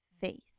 face